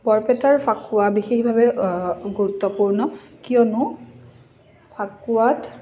বৰপেটাৰ ফাকুৱা বিশেষভাৱে গুৰুত্বপূৰ্ণ কিয়নো ফাকুৱাত